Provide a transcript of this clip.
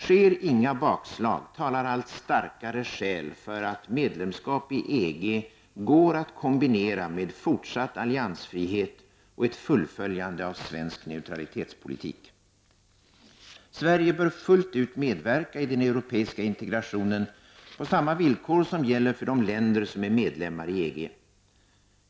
Sker inga bakslag talar allt starkare skäl för att medlemskap i EG går att kombinera med fortsatt alliansfrihet och ett fullföljande av svensk neutralitetspolitik. Sverige bör fullt ut medverka i den europeiska integrationen på samma villkor som gäller för de länder som är medlemmar i EG.